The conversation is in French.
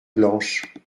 blanche